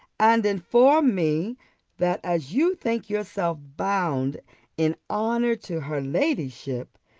and inform me that as you think yourself bound in honour to her ladyship,